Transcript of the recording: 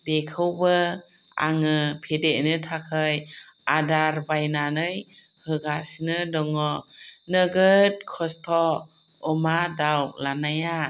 बेखौबो आङो फेदेरनो थाखाय आदार बायनानै होगासिनो दङ नोगोद खस्त' अमा दाउ लानाया